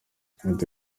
ati